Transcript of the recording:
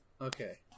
Okay